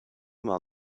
maal